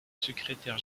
secrétaire